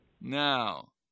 Now